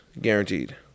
guaranteed